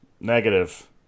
Negative